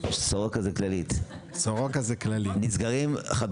חדרי הניתוח נסגרים?